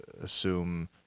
assume